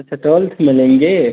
अच्छा ट्वेल्थ में लेंगे